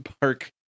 park